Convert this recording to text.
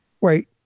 Wait